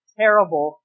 terrible